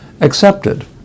accepted